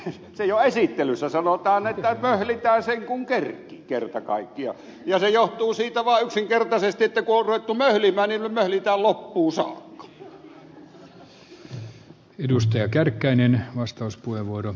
se jo esittelyssä sanotaan että möhlitään sen kun kerkii kerta kaikkiaan ja se johtuu siitä vaan yksinkertaisesti että kun on ruvettu möhlimään niin möhlitään loppuun saakka